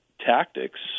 Tactics